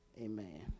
Amen